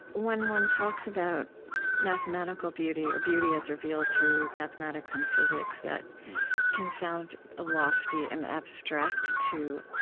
when one talks about mathematical beauty or beauty as revealed through mathematics and physics, that can sound lofty and abstract to